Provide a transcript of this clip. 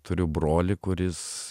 turiu brolį kuris